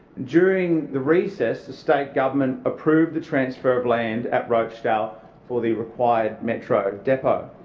during the recess the state government approved the transfer of land at rochedale for the required metro depot.